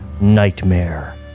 nightmare